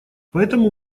поэтому